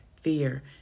fear